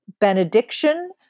benediction